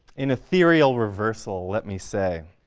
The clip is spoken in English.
an ethereal reversal, let me say.